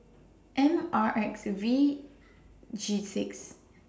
M R X V G six